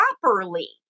properly